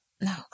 No